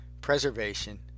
preservation